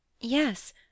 Yes